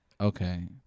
Okay